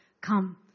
come